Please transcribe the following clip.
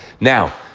Now